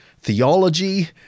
theology